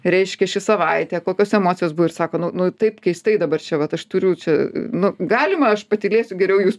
reiškia ši savaitė kokios emocijos buvo ir sako nu nu taip keistai dabar čia vat aš turiu čia nu galima aš patylėsiu geriau jūs